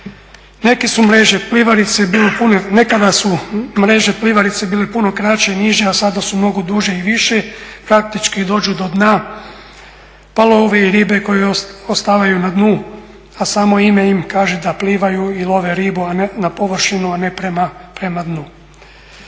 Nekada su mreže plivarice bile puno kraće i niže, a sada su mnogo duže i više, praktički dođu do dna pa love ribe koje … na dnu a samo ime im kaže da plivaju i love ribu na površinu, a ne prema dnu.